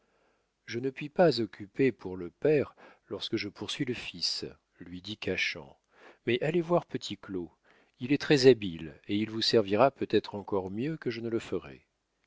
je ne puis pas occuper pour le père lorsque je poursuis le fils lui dit cachan mais allez voir petit claud il est très-habile et il vous servira peut-être encore mieux que je ne le ferais